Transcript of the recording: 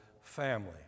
family